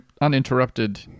uninterrupted